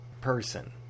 person